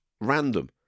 random